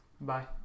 bye